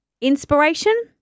inspiration